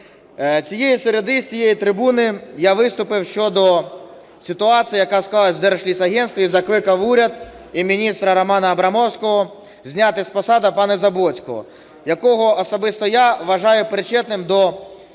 Цієї середи з цієї трибуни я виступив щодо ситуації, яка склалася в Держлісагентстві, і закликав уряд і міністра Романа Абрамовського зняти з посади пана Заблоцького, якого особисто я вважаю причетним до тих